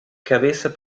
cabeça